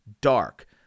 dark